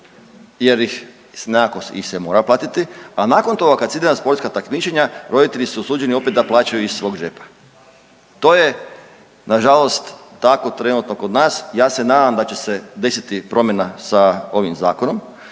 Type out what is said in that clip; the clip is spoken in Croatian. jer ih se nekako mora platiti. A nakon toga kada se ide na sportska takmičenja roditelji su osuđeni opet da plaćaju iz svoga džepa. To je na žalost tako trenutno kod nas. Ja se nadam da će se desiti promjena sa ovim Zakonom,